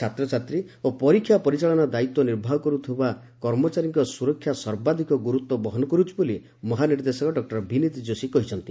ଛାତ୍ରଛାତ୍ରୀ ଓ ପରୀକ୍ଷା ପରିଚାଳନା ଦାୟିତ୍ୱ ନିର୍ବାହ କରିବାକୁ ଥିବା କର୍ମଚାରୀଙ୍କ ସୁରକ୍ଷା ସର୍ବାଧିକ ଗୁରୁତ୍ୱ ବହନ କରୁଛି ବୋଲି ମହାନିର୍ଦ୍ଦେଶକ ଡକ୍ଟର ଭିନିତ୍ କୋଷୀ କହିଚ୍ଛନ୍ତି